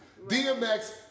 DMX